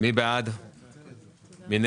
סעיף 20. מי בעד אישור סעיף 20?